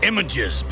Images